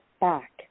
back